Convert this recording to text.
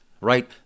right